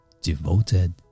devoted